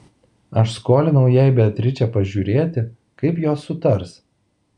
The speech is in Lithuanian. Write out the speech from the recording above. aš skolinau jai beatričę pažiūrėti kaip jos sutars